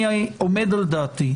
אני עומד על דעתי.